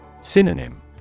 Synonym